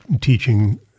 teaching